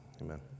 amen